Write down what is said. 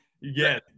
yes